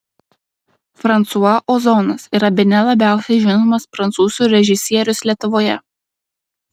fransua ozonas yra bene labiausiai žinomas prancūzų režisierius lietuvoje